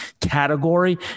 category